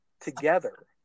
together